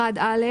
(1א),